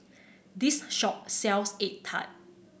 this shop sells egg tart